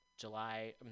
July –